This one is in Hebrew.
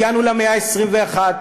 הגענו למאה ה-21,